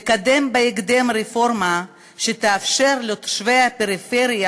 לקדם בהקדם רפורמה שתאפשר לתושבי הפריפריה